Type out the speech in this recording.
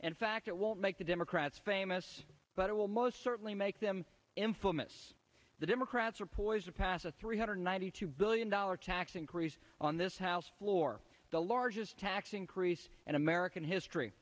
and fact it won't make the democrats famous but it will most certainly make them infamous the democrats are poised to pass a three hundred ninety two billion dollar tax increase on this house floor the largest tax increase in american history